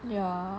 yeah